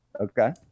okay